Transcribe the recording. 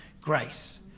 grace